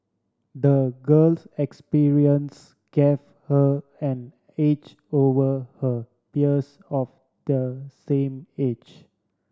the girl's experience gave her an edge over her peers of the same age